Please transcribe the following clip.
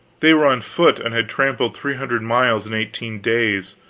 they were on foot, and had tramped three hundred miles in eighteen days,